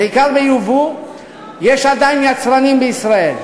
יש עדיין יצרנים בישראל.